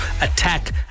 attack